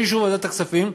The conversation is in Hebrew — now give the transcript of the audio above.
את אישור ועדת הכספים,